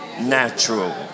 natural